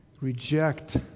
reject